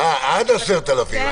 עד 10,000 ש"ח.